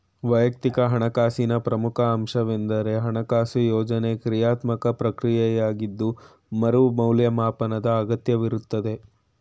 ವೈಯಕ್ತಿಕ ಹಣಕಾಸಿನ ಪ್ರಮುಖ ಅಂಶವೆಂದ್ರೆ ಹಣಕಾಸು ಯೋಜ್ನೆ ಕ್ರಿಯಾತ್ಮಕ ಪ್ರಕ್ರಿಯೆಯಾಗಿದ್ದು ಮರು ಮೌಲ್ಯಮಾಪನದ ಅಗತ್ಯವಿರುತ್ತೆ